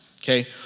okay